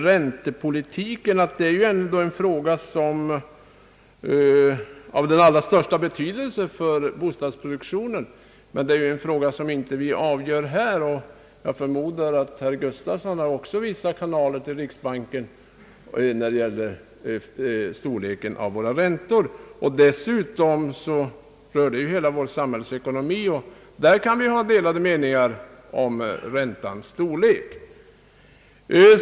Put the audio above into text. Räntepolitiken är ändå en fråga av den allra största betydelse för bostadsproduktionen, men det är en fråga som vi inte avgör här, och jag förmodar att herr Nils-Eric Gustafsson också har vissa kanaler till riksbanken när det gäller höjden av våra räntor. Dessutom rör det hela vår samhällsekonomi, och där kan vi ha delade meningar om räntans höjd.